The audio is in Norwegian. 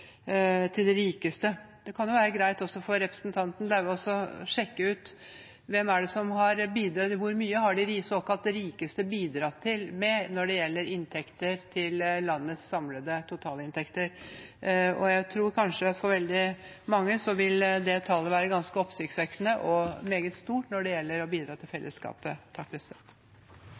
prioritert de rikeste. Det kan jo være greit også for representanten Lauvås å sjekke ut: Hvor mye har de såkalt rikeste bidratt med når det gjelder landets samlede totalinntekter? Jeg tror kanskje at for veldig mange vil det tallet være ganske oppsiktsvekkende – og meget stort – når det gjelder å bidra til fellesskapet. Først av alt takk